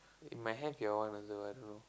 you might have your one also I don't know